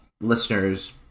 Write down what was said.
listeners